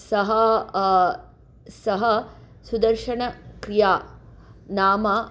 सः सः सुदर्शनक्रिया नाम